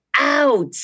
Out